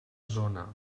zona